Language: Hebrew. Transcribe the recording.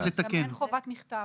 אין חובת מכתב.